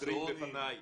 מוזיאונים.